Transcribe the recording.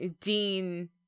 Dean